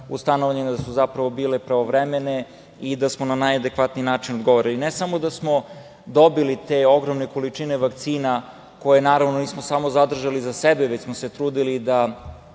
ustanovljene da su zapravo bile pravovremene i da smo na najadekvatniji način govore. Ne da smo samo dobili te ogromne količine vakcina, koje naravno nismo samo zadržali za sebe, već smo trudili da